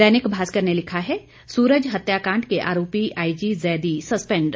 दैनिक भास्कर ने लिखा है सूरज हत्याकांड के आरोपी आईजी जैदी सस्पेंड